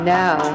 now